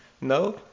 No